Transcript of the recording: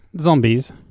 zombies